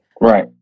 Right